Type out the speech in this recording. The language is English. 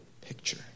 picture